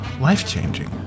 life-changing